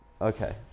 Okay